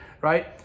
right